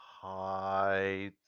Hi